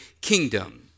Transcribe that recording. kingdom